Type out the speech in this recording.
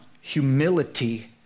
humility